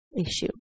issue